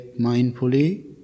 mindfully